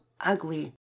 ugly